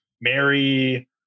Mary